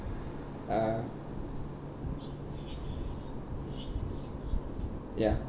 uh ya